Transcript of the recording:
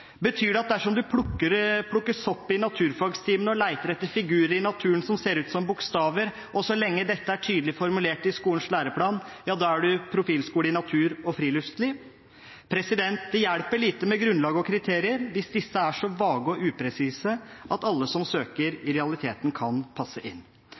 Betyr det at dersom man plukker sopp i naturfagtimene og leter etter figurer i naturen som ser ut som bokstaver, og så lenge dette er tydelig formulert i skolens læreplan, er man profilskole i natur og friluftsliv? Det hjelper lite med grunnlag og kriterier hvis disse er så vage og upresise at alle som søker, i realiteten kan passe inn.